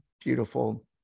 beautiful